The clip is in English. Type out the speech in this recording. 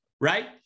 right